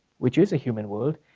which is a human world,